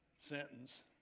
sentence